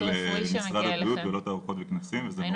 משרד הבריאות ולא תערוכות וכנסים וזה מאוד עצוב.